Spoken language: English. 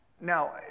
Now